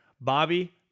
Bobby